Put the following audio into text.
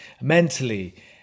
mentally